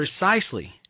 Precisely